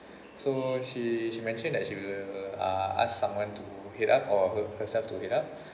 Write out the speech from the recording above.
so she she mentioned that she will uh ask someone to head up or her herself to head up